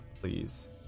please